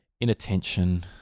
inattention